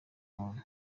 muntu